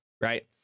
right